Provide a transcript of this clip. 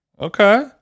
Okay